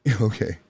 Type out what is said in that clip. okay